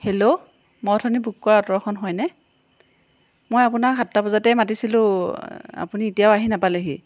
hello মই অথনি book কৰা অ'টোখন হয়নে মই আপোনাক সাতটা বজাতেই মাতিছিলোঁ আপুনি এতিয়াও আহি নাপালেহি